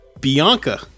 Bianca